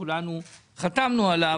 שכולנו חתמנו עליה.